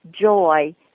joy